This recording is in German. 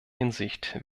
hinsicht